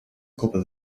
gruppe